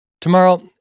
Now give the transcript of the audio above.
Tomorrow